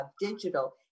digital